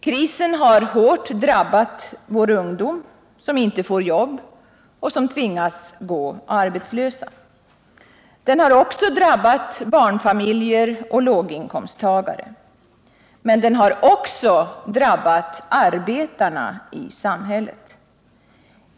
Krisen har hårt drabbat vår ungdom, som inte får jobb utan tvingas gå arbetslös. Den har också drabbat barnfamiljer och låginkomsttagare. Men den har dessutom drabbat arbetarna i samhället.